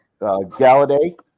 Galladay